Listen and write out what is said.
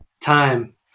time